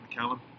McCallum